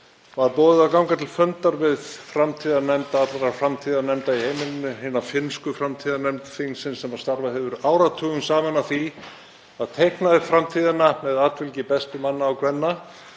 var boðið að ganga til fundar við framtíðarnefnd allrar framtíðarnefnda í heiminum, hina finnsku framtíðarnefnd þingsins sem starfað hefur áratugum saman að því að teikna upp framtíðina með atfylgi bestu manna og kvenna